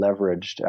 leveraged